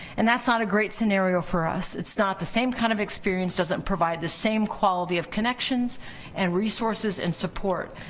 and that's not a great scenario for us. it's not the same kind of experience, doesn't provide the same quality of connections and resources and support.